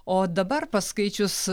o dabar paskaičius